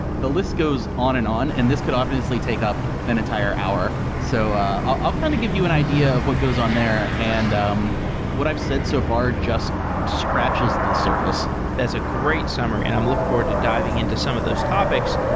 the list goes on and on, and this could obviously take up an entire hour. so ah i'll plan to kind of give you an idea of what goes on there, and um what i've said so far just scratches the surface. that's a great summer, and i'm looking forward to diving into some of those topics.